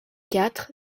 quatre